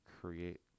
create